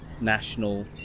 national